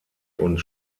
und